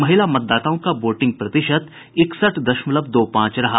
महिला मतदाताओं का वोटिंग प्रतिशत इकसठ दशमलव दो पांच रहा